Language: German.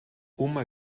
oma